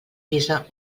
guisa